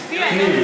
תצביע.